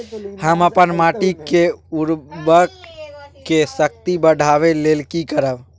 हम अपन माटी के उर्वरक शक्ति बढाबै लेल की करब?